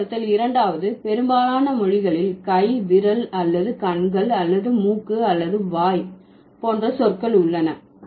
பொதுமைப்படுத்தல் 2வது பெரும்பாலான மொழிகளில் கை விரல் அல்லது கண்கள் அல்லது மூக்கு அல்லது வாய் போன்ற சொற்கள் உள்ளன